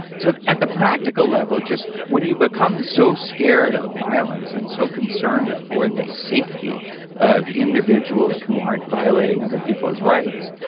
so at the practical level, just when you become so scared of violence, and so concerned for the safety of individuals who aren't violating other people's rights,